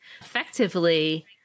Effectively